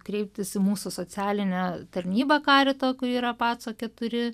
kreiptis į mūsų socialinę tarnybą karito kuri yra paco keturi